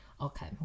okay